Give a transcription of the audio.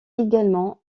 également